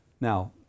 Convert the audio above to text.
Now